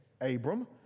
Abram